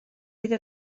iddo